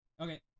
Okay